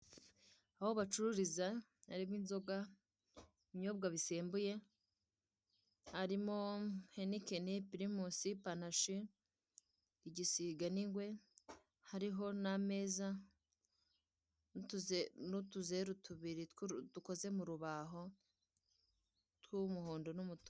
Aho bacururiza, harimo inzoga, ibinyobwa bisembuye, harimo henikeni, pirimusi, panashi, igisiga n'ingwe, hariho n'ameza n'utuzeru tubiri dukoze mu rubaho tw'umuhondo n'umutuku.